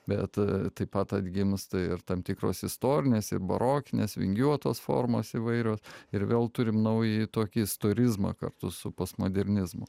bet taip pat atgimsta ir tam tikros istorinės ir barokinės vingiuotos formos įvairios ir vėl turim naująjį tokį istorizmą kartu su postmodernizmu